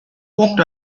walked